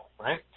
right